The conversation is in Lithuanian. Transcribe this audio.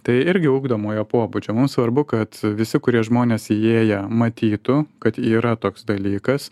tai irgi ugdomojo pobūdžio mums svarbu kad visi kurie žmonės įėję matytų kad yra toks dalykas